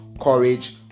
courage